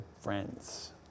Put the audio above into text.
friends